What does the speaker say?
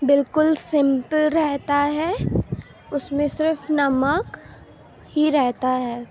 بالکل سمپل رہتا ہے اس میں صرف نمک ہی رہتا ہے